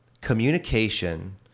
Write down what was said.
communication